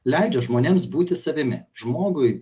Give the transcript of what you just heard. leidžia žmonėms būti savimi žmogui